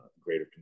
greater